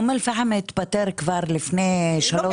אום אל פאחם התפטר כבר לפני שלוש שנים.